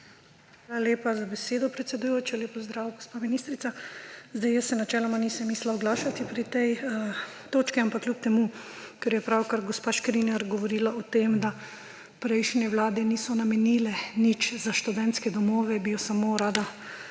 lepa za besedo, predsedujoča. Lep pozdrav, gospa ministrica! Načeloma se nisem mislila oglašati pri tej točki, ampak kljub temu, ker je pravkar gospa Škrinjar govorila o tem, da prejšnje vlade niso namenile nič za študentske domove, bi jo samo rada